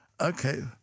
Okay